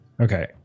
Okay